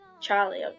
Charlie